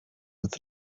with